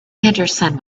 henderson